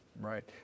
Right